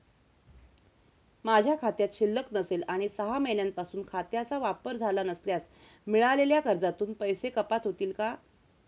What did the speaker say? माझ्या खात्यात शिल्लक नसेल आणि सहा महिन्यांपासून खात्याचा वापर झाला नसल्यास मिळालेल्या कर्जातून पैसे कपात होतील का?